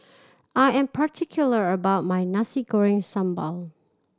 I am particular about my Nasi Goreng Sambal